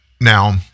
now